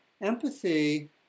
empathy